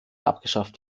abgeschafft